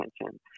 attention